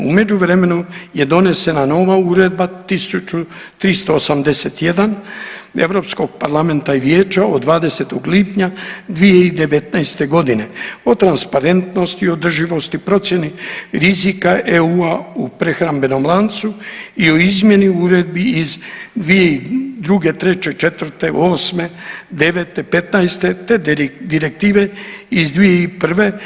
U međuvremenu je donesena nova Uredba 1381 Europskog parlamenta i vijeća od 20. lipnja 2019. godine o transparentnosti i održivosti, procjeni rizika EU-a u prehrambenom lancu i o izmjeni uredbi iz 2002., '03. i '04., '08., '09., '15. te Direktive iz 2001.